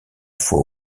fois